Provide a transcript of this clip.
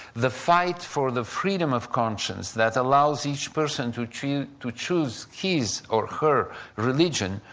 the fight for the freedom of conscious that allows each person to choose to choose his or her religion,